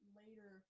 later